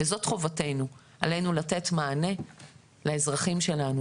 וזו חובתנו, עלינו לתת מענה לאזרחים שלנו.